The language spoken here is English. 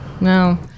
no